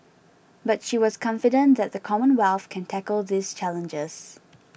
but she was confident that the Commonwealth can tackle these challenges